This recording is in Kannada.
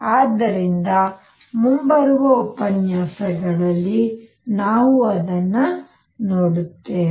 ಆದ್ದರಿಂದ ಮುಂಬರುವ ಉಪನ್ಯಾಸಗಳಲ್ಲಿ ನಾವು ಅದನ್ನು ನೋಡುತ್ತೇವೆ